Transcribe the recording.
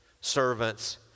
servants